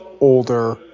older